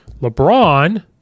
LeBron